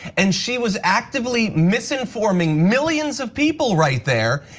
and she was actively misinforming millions of people right there.